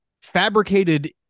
fabricated